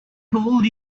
told